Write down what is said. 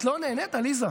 אתם מדברים על דמוקרטיה.